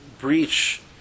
breach